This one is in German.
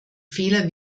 fehler